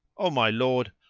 o my lord,